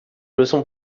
leçons